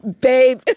babe